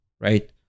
right